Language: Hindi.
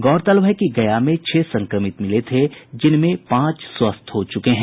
गौरतलब है कि गया में छह संक्रमित मिले थे जिनमें पांच स्वस्थ हो चुके हैं